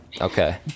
Okay